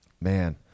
Man